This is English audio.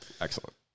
Excellent